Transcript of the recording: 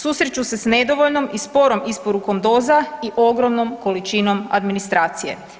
Susreću se s nedovoljnom i sporom isporukom doza i ogromnom količinom administracije.